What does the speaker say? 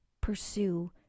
pursue